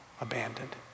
abandoned